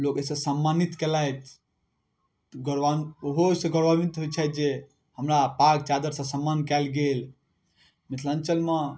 लोक अइसँ सम्मानित कयलथि गौरा ओहो अइसँ गौरवान्वित होइ छथि जे हमरा पाग चादरसँ सम्मान कयल गेल मिथिलाञ्चलमे